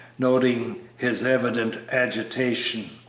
noting his evident agitation.